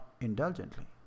indulgently